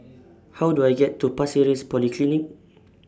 How Do I get to Pasir Ris Polyclinic